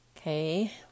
Okay